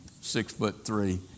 six-foot-three